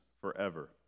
forever